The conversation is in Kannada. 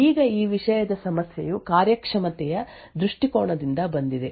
ಈಗ ಈ ವಿಷಯದ ಸಮಸ್ಯೆಯು ಕಾರ್ಯಕ್ಷಮತೆಯ ದೃಷ್ಟಿಕೋನದಿಂದ ಬಂದಿದೆ